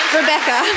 rebecca